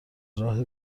راه